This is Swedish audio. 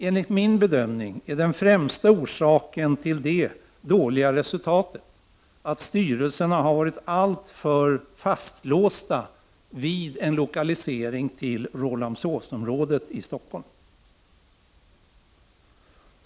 Enligt min bedömning är den främsta orsaken till det dåliga resultatet att styrelserna har varit alltför fastlåsta vid en lokalisering till Rålambshovsområdet i Stockholm.